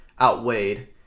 outweighed